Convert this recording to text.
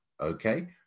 okay